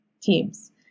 Teams